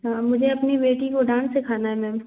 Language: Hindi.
हाँ मुझे अपनी बेटी को डांस सिखाना है मेम